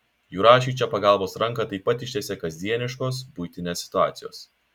jurašiui čia pagalbos ranką taip pat ištiesia kasdieniškos buitinės situacijos